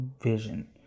vision